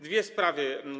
Dwie sprawy.